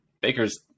Baker's